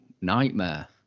nightmare